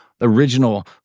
original